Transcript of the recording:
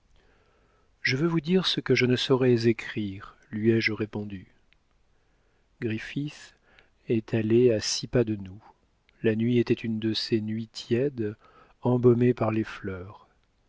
je veux vous dire ce que je ne saurais écrire lui ai-je répondu griffith est allée à six pas de nous la nuit était une de ces nuits tièdes embaumées par les fleurs